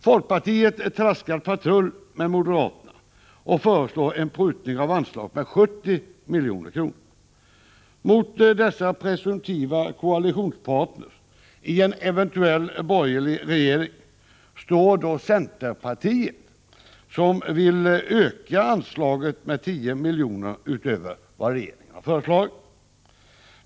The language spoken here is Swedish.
Folkpartiet traskar patrull med moderaterna och föreslår en prutning av anslaget med 70 milj.kr. Mot dessa presumtiva koalitionspartner i en eventuell borgerlig regering står centerpartiet som vill öka anslaget med 10 milj.kr. utöver vad regeringen har föreslagit.